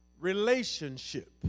relationship